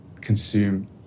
consume